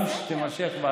גם כשתימשך,